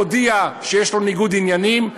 הודיע שיש לו ניגוד עניינים,